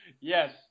Yes